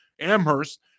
Amherst